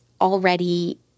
already